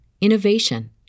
innovation